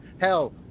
hell